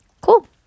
Cool